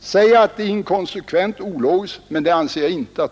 sägas vara inkonsekvent och ologiskt, men det anser inte jag.